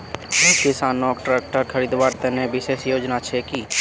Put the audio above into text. किसानोक ट्रेक्टर खरीदवार तने विशेष योजना छे कि?